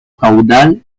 caudal